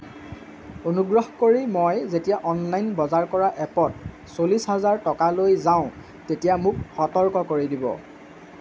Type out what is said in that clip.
অনুগ্ৰহ কৰি মই যেতিয়া অনলাইন বজাৰ কৰা এপত চল্লিশ হাজাৰ টকা লৈ যাওঁ তেতিয়া মোক সতৰ্ক কৰি দিব